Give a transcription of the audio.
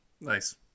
Nice